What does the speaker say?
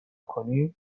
کنیم